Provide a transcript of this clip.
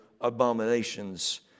abominations